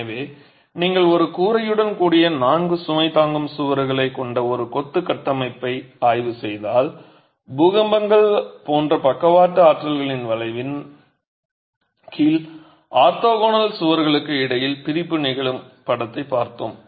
எனவே நீங்கள் ஒரு கூரையுடன் கூடிய நான்கு சுமை தாங்கும் சுவர்களைக் கொண்ட ஒரு கொத்து கட்டமைப்பை ஆய்வு செய்தால் பூகம்பங்கள் போன்ற பக்கவாட்டு ஆற்றல்களின் விளைவின் கீழ் ஆர்த்தோகனல் சுவர்களுக்கு இடையில் பிரிப்பு நிகழும் படத்தைப் பார்த்தோம்